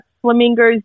flamingos